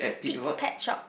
Pete's Pet Shop